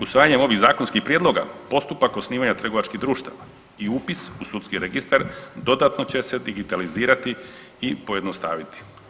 Usvajanjem ovih zakonskih prijedloga postupak osnivanja trgovačkih društava i upis u sudski registar dodatno će se digitalizirati i pojednostaviti.